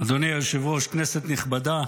אדוני היושב-ראש, כנסת נכבדה,